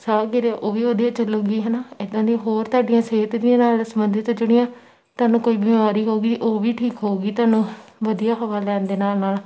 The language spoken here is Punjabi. ਸਾਹ ਕਿਰਿਆ ਉਹ ਵੀ ਵਧੀਆ ਚੱਲੇਗੀ ਹੈ ਨਾ ਇੱਦਾਂ ਦੀਆਂ ਹੋਰ ਤੁਹਾਡੀਆਂ ਸਿਹਤ ਦੀਆਂ ਨਾਲ ਸੰਬੰਧਿਤ ਜਿਹੜੀਆਂ ਤੁਹਾਨੂੰ ਕੋਈ ਬਿਮਾਰੀ ਹੋਵੇਗੀ ਉਹ ਵੀ ਠੀਕ ਹੋ ਗਈ ਤੁਹਾਨੂੰ ਵਧੀਆ ਹਵਾ ਲੈਣ ਦੇ ਨਾਲ ਨਾਲ